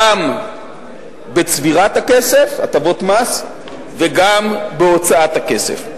גם בצבירת הכסף, הטבות מס, וגם בהוצאות הכסף,